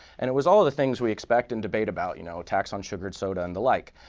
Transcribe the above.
and it was all of the things we expect and debate about you know a tax on sugared soda and the like.